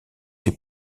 des